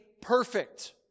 perfect